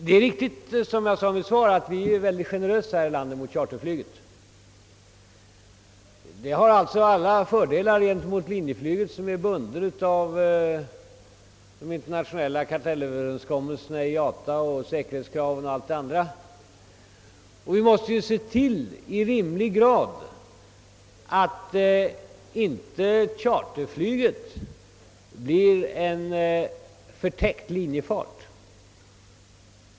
Det är riktigt, som herr Lindahl sade, att vi i Sverige är utomordentligt generösa mot charterflyget, som också har en hel del fördelar gentemot linjeflyget, vilket är bundet av de internationella kartellöverenskommelserna i IATA, säkerhetskrav m. m, Vi måste därför i rimlig grad se till att charterflyget inte blir en förtäckt linjefart.